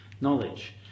knowledge